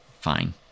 fine